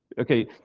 Okay